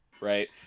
Right